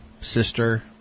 Sister